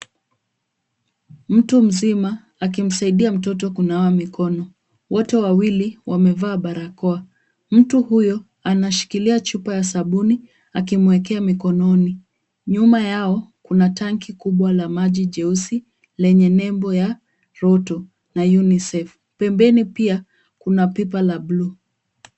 Mtu mzima akimsaidia mtoto kunawa mikono. Wote wawili wamevaa barakoa. Mtu huyo anashikilia chupa ya sabuni akimwekea mikononi. Nyuma yao kuna tanki kubwa la maji jeusi lenye nebo ya roto na UNICEF. Pembeni pia kuna pipa la buluu.